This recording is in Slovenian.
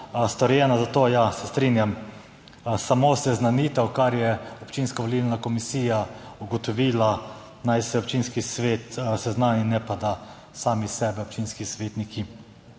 ja, se strinjam, samo seznanitev s tem, kar je občinska volilna komisija ugotovila, naj se občinski svet seznani, ne pa da sami sebe občinski svetniki